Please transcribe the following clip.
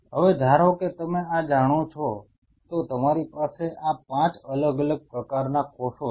હવે ધારો કે તમે આ જાણો છો તો તમારી પાસે આ 5 અલગ અલગ પ્રકારના કોષો છે